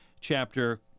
chapter